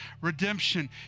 Redemption